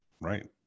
Right